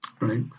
right